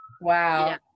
Wow